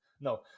No